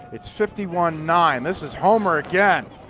it's fifty one nine. this is homer again.